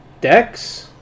decks